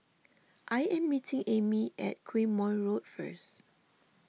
I am meeting Amy at Quemoy Road first